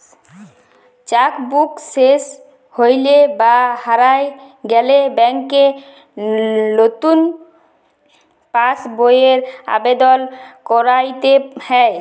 cheque book শেস হৈলে বা হারায় গেলে ব্যাংকে লতুন পাস বইয়ের আবেদল কইরতে হ্যয়